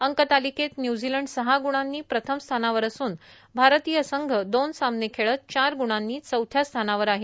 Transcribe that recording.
अंक तालिकेत न्य्झिलंड सहा ग्णांनी प्रथम स्थानावर असून भारतीय संघ दोन सामने खेळत चार ग्णांनी चौथ्या स्थानावर आहे